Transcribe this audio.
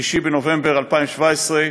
6 בנובמבר 2017,